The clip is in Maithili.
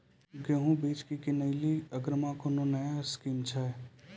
गेहूँ बीज की किनैली अग्रिम कोनो नया स्कीम छ?